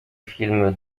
film